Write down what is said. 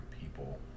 people